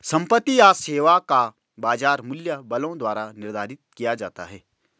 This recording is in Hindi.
संपत्ति या सेवा का बाजार मूल्य बलों द्वारा निर्धारित किया जाता है